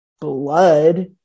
blood